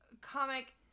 comic